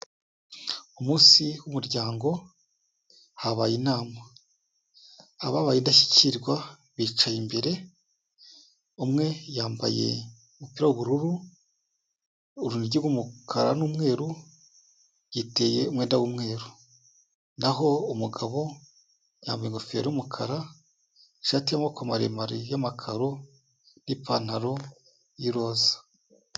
Umunsi w'umuryango habaye inama, ababaye indashyikirwa bicaye imbere, umwe yambaye umupira w'ubururu, urunigi rw'umukara n'umweru, yiteye umwenda w'umweru, naho umugabo yambaye ingofero y'umukara, ishati y'amaboko maremare y'amakaro n'ipantaro y'iroza.